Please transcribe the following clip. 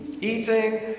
eating